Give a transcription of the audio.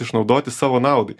išnaudoti savo naudai